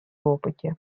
опыте